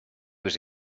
was